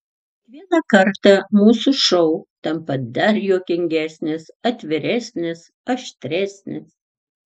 kiekvieną kartą mūsų šou tampa dar juokingesnis atviresnis aštresnis